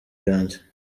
yanjye